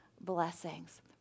blessings